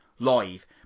Live